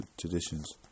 traditions